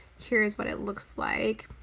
here's what it looks like.